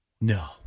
No